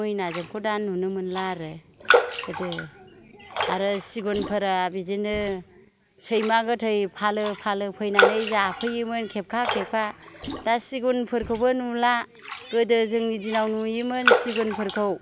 मैनाजोंखौ दा नुनो मोनला आरो गोदो आरो सिगुनफोरा बिदिनो सैमा गोथै फालो फालो फैनानै जाफैयोमोन खेबखा खेबखा दा सिगुनफोरखौबो नुला गोदो जोंनि दिनाव नुयोमोन सिगुनफोरखौ